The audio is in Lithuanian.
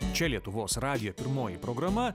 čia lietuvos radijo pirmoji programa